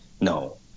No